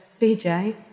BJ